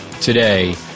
today